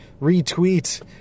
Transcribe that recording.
retweet